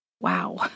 Wow